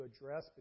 address